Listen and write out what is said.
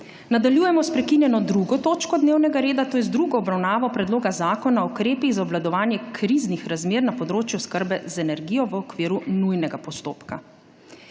Nadaljujemo s prekinjeno 2. točko dnevnega reda to je z drugo obravnavo Predloga zakona o ukrepih za obvladovanje kriznih razmer na področju oskrbe z energijov okviru nujnega postopka.